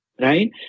Right